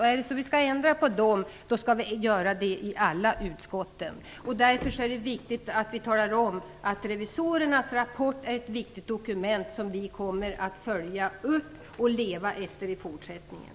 Om vi skall ändra på dem skall vi göra det i alla utskott. Därför är det viktigt att vi talar om att revisorernas rapport är ett viktigt dokument som vi kommer att följa upp och leva efter i fortsättningen.